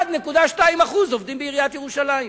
1.2% עובדים בעיריית ירושלים.